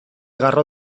garro